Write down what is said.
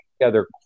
together